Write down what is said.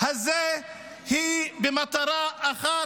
הזה היא במטרה אחת: